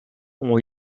ont